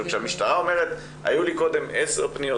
כשהמשטרה אומרת שהיו קודם עשר פניות,